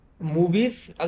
movies